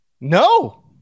No